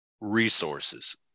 resources